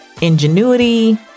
ingenuity